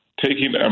taking